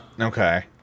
Okay